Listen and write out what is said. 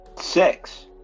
Six